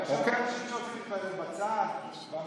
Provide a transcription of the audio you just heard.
יש הרבה אנשים שרוצים להתפלל בצד, במרחבים,